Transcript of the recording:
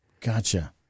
Gotcha